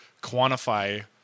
quantify